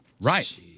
Right